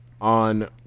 on